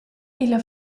illa